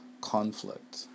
conflict